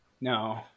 No